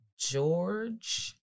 George